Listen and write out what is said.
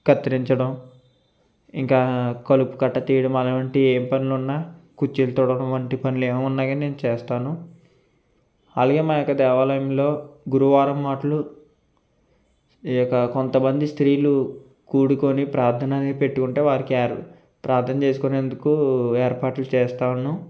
కత్తిరించడం ఇంకా కలుపు కట్ట తీయడం అలాంటి ఏం పనులు ఉన్న కుర్చీలు తుడవడం వంటి పనులు ఏమి ఉన్నా కానీ నేను చేస్తాను అలాగే మా యొక్క దేవాలయంలో గురువారం మాట్లు ఈ యొక్క కొంతమంది స్త్రీలు కూడుకొని ప్రార్థన అనేది పెట్టుకుంటే వారికి యారు ప్రార్థన చేసుకునేందుకు ఏర్పాట్లు చేస్తాను